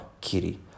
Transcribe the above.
Kitty